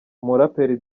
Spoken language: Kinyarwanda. umuraperi